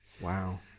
wow